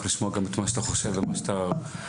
לשמוע גם את מה שאתה חושב ומה שאתה אומר.